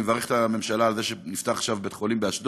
אני מברך את הממשלה על זה שנפתח עכשיו בית חולים באשדוד,